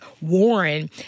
Warren